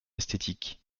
esthétique